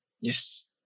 yes